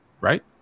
right